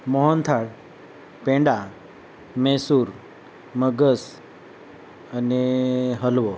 મોહનથાળ પેંડા મેસૂર મગસ અને હલવો